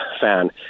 fan